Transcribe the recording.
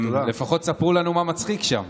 לפחות תספרו לנו מה מצחיק שם.